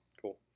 Cool